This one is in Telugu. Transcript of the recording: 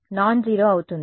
నాన్ జీరో అవుతుంది